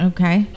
Okay